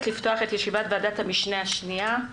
לפתוח את ישיבת ועדת המשנה השנייה.